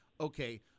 okay